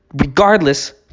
Regardless